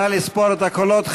נא לספור את הקולות.